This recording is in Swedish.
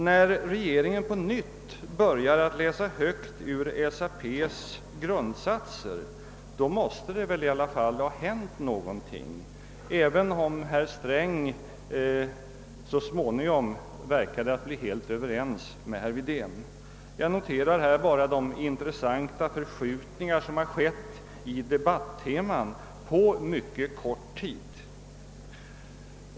När regeringen på nytt börjar läsa högt ur SAP:s grundsatser måste det väl i alla fall ha hänt någonting, även om herr Sträng så småningom verkade bli helt överens med herr Wedén. Jag noterar bara de intressanta förskjutningar som på kort tid inträffat i fråga om debatteman.